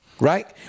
right